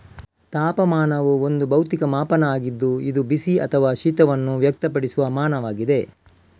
ತಾಪಮಾನವು ಒಂದು ಭೌತಿಕ ಮಾಪನ ಆಗಿದ್ದು ಇದು ಬಿಸಿ ಅಥವಾ ಶೀತವನ್ನು ವ್ಯಕ್ತಪಡಿಸುವ ಮಾನವಾಗಿದೆ